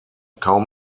kaum